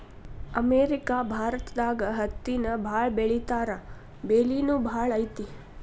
America ಭಾರತದಾಗ ಹತ್ತಿನ ಬಾಳ ಬೆಳಿತಾರಾ ಬೆಲಿನು ಬಾಳ ಐತಿ